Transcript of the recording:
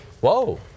whoa